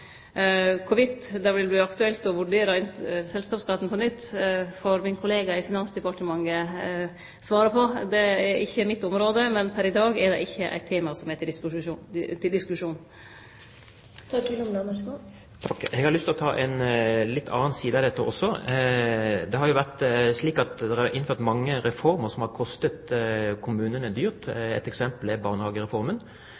det vil verte aktuelt å vurdere selskapsskatten på nytt, får min kollega i Finansdepartementet svare på – det er ikkje mitt område. Men pr. i dag er det ikkje eit tema som er til diskusjon. Jeg har lyst til å ta en litt annen side av dette også. Det har jo vært slik at det er innført mange reformer som har kostet kommunene dyrt.